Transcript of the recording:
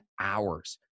hours